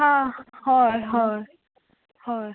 हां हय हय हय